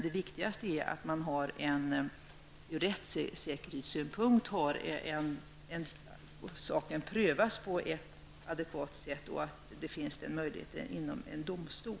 Det viktigaste är emellertid att man ur rättssäkerhetssynpunkt prövar saken på ett adekvat sätt och att denna möjlighet finns inom en domstol.